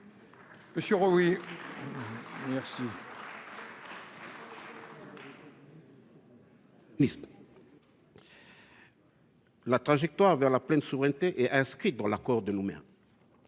Monsieur le ministre, la trajectoire vers la pleine souveraineté est inscrite dans l’accord de Nouméa.